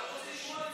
להקים בית חולים שדה,